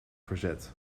verzet